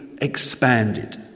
expanded